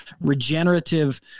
regenerative